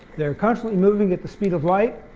they're constantly moving at the speed of light,